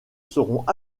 seront